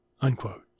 Unquote